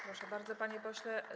Proszę bardzo, panie pośle.